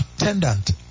attendant